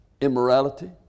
Immorality